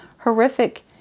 horrific